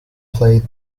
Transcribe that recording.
play